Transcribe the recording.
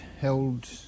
held